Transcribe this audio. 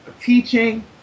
teaching